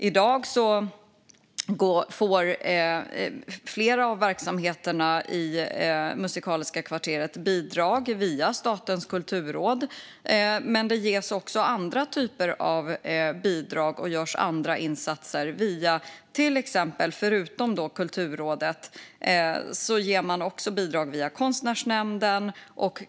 I dag får flera av verksamheterna i Musikaliska kvarteret bidrag via Statens kulturråd. Men det ges också andra typer av bidrag, och det görs andra insatser. Man ger bidrag via Konstnärsnämnden.